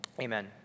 Amen